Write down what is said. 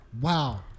wow